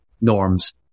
norms